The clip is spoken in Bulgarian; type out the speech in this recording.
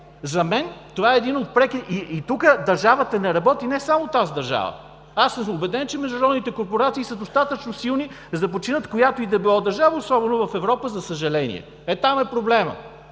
За мен това е един от прекия... И тук държавата не работи. Не само тази държава. Аз съм убеден, че международните корпорации са достатъчно силни, за да подчинят която и да е било държава, особено в Европа, за съжаление. Ето там е проблемът.